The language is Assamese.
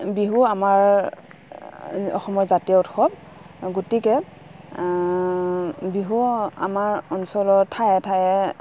বিহু আমাৰ অসমৰ জাতীয় উৎসৱ গতিকে বিহু আমাৰ অঞ্চলৰ ঠায়ে ঠায়ে